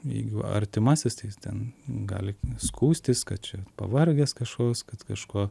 jeigu artimasis tai jis ten gali skųstis kad čia pavargęs kažkoks kad kažko